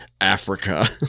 Africa